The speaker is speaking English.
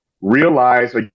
realize